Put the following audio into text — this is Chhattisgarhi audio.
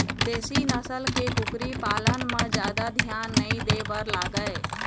देशी नसल के कुकरी पालन म जादा धियान नइ दे बर लागय